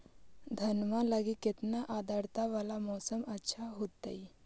धनमा लगी केतना आद्रता वाला मौसम अच्छा होतई?